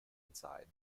inside